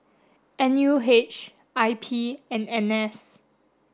N U H I P and N S